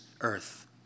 earth